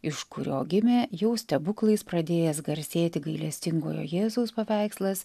iš kurio gimė jau stebuklais pradėjęs garsėti gailestingojo jėzaus paveikslas